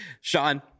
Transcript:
Sean